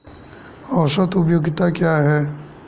औसत उपयोगिता क्या है?